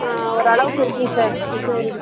ஓரளவுக்கு இருக்குங்க சார் கிருஷ்ணகிரி